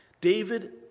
David